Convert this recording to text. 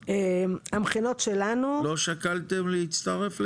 לא שקלתם להצטרף לזה?